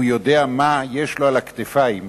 והוא יודע מה יש לו על הכתפיים,